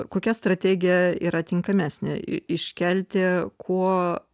kokia strategija yra tinkamesnė iškelti kuo